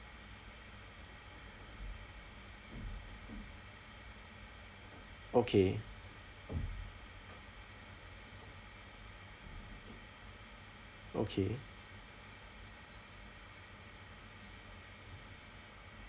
okay okay